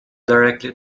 directly